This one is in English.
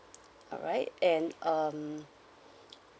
alright and um